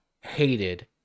hated